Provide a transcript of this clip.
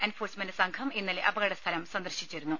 enforcement സംഘം ഇന്നലെ അപകട സ്ഥലം സന്ദർശിച്ചിരുന്നു